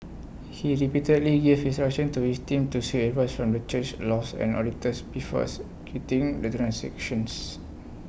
he repeatedly gave instructions to his team to seek advice from the church's laws and auditors executing the transactions